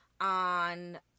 on